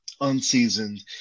unseasoned